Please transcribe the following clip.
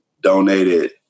donated